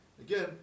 again